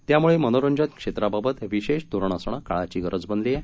त्यामुळे मनोरंजन क्षेत्राबाबत विशेष धोरण असणं काळाची गरज बनली आहे